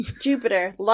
Jupiter